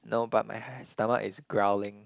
no but my stomach is growling